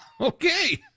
okay